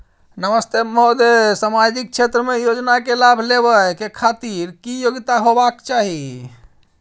नमस्ते महोदय, सामाजिक क्षेत्र के योजना के लाभ लेबै के खातिर की योग्यता होबाक चाही?